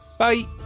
Bye